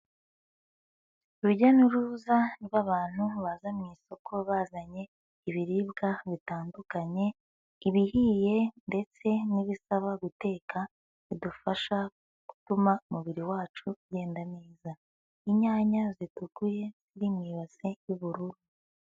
Urujya n'uruza rw'abantu baza mu isoko bazanye ibiribwa bitandukanye, ibihiye ndetse n'ibisaba guteka, bidufasha gutuma umubiri wacu ugenda neza. Inyanya zitukuye ziri mu ibase y'ubururu.